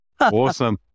Awesome